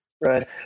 Right